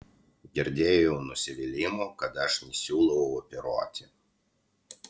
girdėjau nusivylimų kad aš nesiūlau operuoti